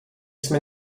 jsme